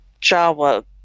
Java